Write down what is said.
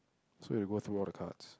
so you go through all the cards